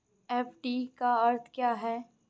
FD का अर्थ क्या है?